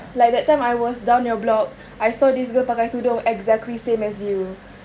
like that time I was down your block I saw this girl pakai tudung exactly same as you